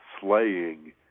slaying